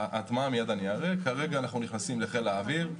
כרגע נכנסים לחיל האוויר,